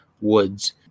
Woods